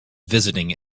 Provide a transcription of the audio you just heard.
visiting